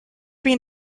been